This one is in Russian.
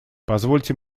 позвольте